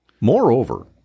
Moreover